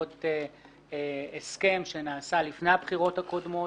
בעקבות הסכם שנעשה לפני הבחירות הקודמות.